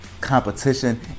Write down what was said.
competition